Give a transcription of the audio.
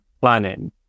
planning